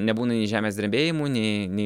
nebūna nei žemės drebėjimų nei nei